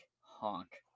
honk